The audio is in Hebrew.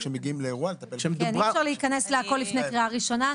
אי אפשר להיכנס להכל לפני קריאה ראשונה.